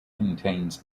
contains